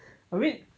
a bit